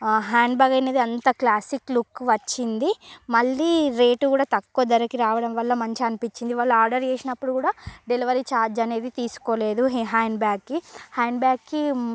handbag అనేది అంత classic look వచ్చింది మళ్లీ రేట్ కూడా తక్కువ ధరకి రావడం వల్ల మంచిగా అనిపించింది వాళ్ళు ఆర్డర్ చేసినప్పుడు కూడా డెలివరీ ఛార్జ్ అనేది తీసుకోలేదు హ్యాండ్బ్యాగ్కి హ్యాండ్బ్యాగ్కి